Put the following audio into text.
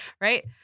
Right